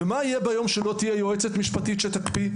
ומה יהיה ביום בו לא תהיה יועצת משפטית שתקפיד?